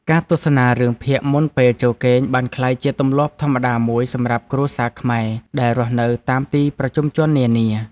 ការទស្សនារឿងភាគមុនពេលចូលគេងបានក្លាយជាទម្លាប់ធម្មតាមួយសម្រាប់គ្រួសារខ្មែរដែលរស់នៅតាមទីប្រជុំជននានា។